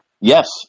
Yes